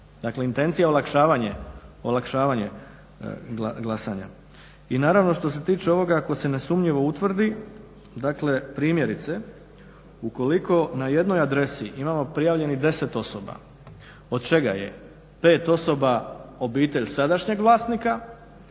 intencija je olakšavanje glasanja. I naravno što se tiče ovoga ako se nesumnjivo utvrdi, dakle primjerice ukoliko na jednoj adresi imamo prijavljenih 10 osoba od čega je pet osoba obitelj sadašnjeg vlasnika